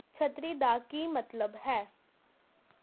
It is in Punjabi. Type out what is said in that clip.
ਛਤਰੀ ਦਾ ਕੀ ਮਤਲਬ ਹੈ